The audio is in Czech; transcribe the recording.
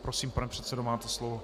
Prosím, pane předsedo, máte slovo.